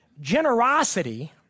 Generosity